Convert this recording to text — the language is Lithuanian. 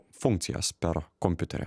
funkcijas per kompiuterį